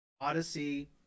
Odyssey